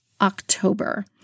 October